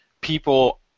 people